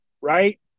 right